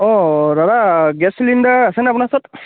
অঁ দাদা গেছ চিলিণ্ডাৰ আছেনে আপোনাৰ ওচৰত